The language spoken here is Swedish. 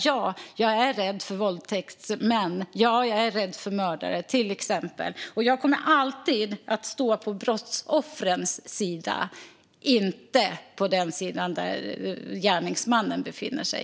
Ja - jag är rädd för våldtäktsmän. Ja - jag är rädd för mördare. Jag kommer alltid att stå på brottsoffrens sida - inte på den sida där gärningsmannen befinner sig.